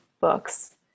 books